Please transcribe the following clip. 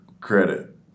credit